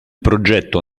progetto